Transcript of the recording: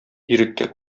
иреккә